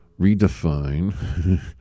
redefine